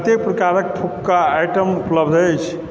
कतेक प्रकारक फुक्का आइटम उपलब्ध अछि